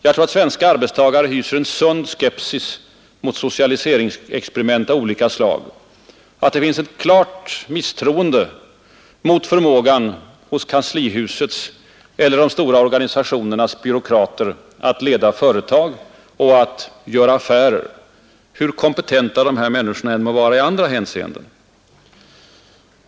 Jag tror att svenska arbetstagare hyser en sund skepsis mot socialiseringsexperiment av olika slag, att det finns ett klart misstroende mot förmågan hos kanslihusets eller de stora organisationernas byråkrater att leda företag och att ”göra affärer”, hur kompetenta de här människorna än må vara i andra hänseenden.